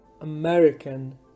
American